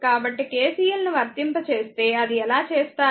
కాబట్టి KCL ను వర్తింపజేస్తే అది ఎలా చేస్తారు